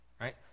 right